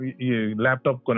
laptop